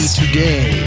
today